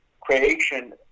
creation